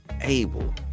able